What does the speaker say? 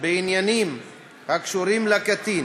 בעניינים הקשורים לקטין